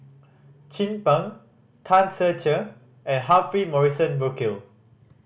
Chin Peng Tan Ser Cher and Humphrey Morrison Burkill